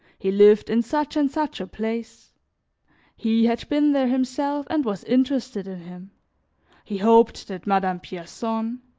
he lived in such and such a place he had been there himself and was interested in him he hoped that madame pierson